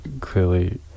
clearly